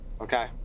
Okay